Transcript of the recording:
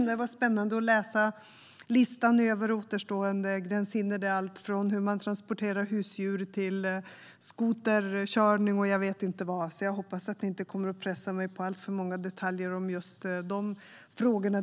Det var spännande att läsa listan över återstående gränshinder, med allt från hur man transporterar husdjur till skoterkörning och jag vet inte vad. Jag hoppas därför att ni inte kommer att pressa mig på alltför många detaljer om just dessa frågor.